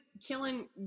killing